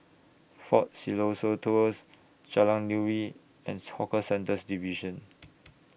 Fort Siloso Tours Jalan Nuri and Hawker Centres Division